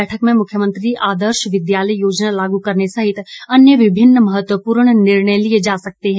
बैठक में मुख्यमंत्री आदर्श विद्यालय योजना लागू करने सहित अन्य विभिन्न महत्वपूर्ण निर्णय लिये जा सकते हैं